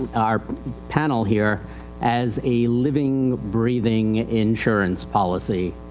our panel here as a living breathing insurance policy.